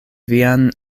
vian